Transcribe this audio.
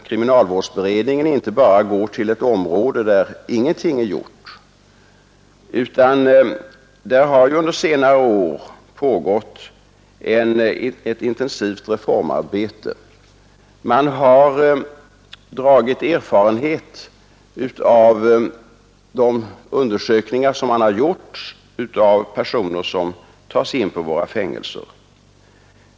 Kriminalvårdsberedningen går inte till ett område där ingenting är gjort. Under senare år har ett intensivt reformarbete pågått, varvid man har dragit erfarenhet av de undersökningar som gjorts beträffande personer som tagits in i fängelse.